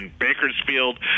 Bakersfield